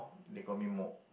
they call me more